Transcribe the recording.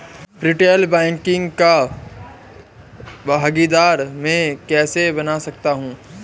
Retail banking का भागीदार मैं कैसे बन सकता हूँ?